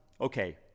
Okay